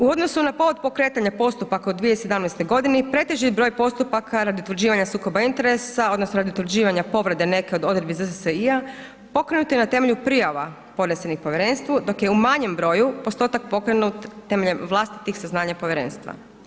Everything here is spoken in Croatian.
U odnosu na povod pokretanja postupaka u 2017. godini pretežit broj postupka radi utvrđivanja sukoba interesa odnosno radi utvrđivanja povrede neke od odredbi ZSSI-a pokrenut je na temelju prijava podnesenih povjerenstvu dok je u manjem broju postotak pokrenut temeljem vlastitih saznanja povjerenstva.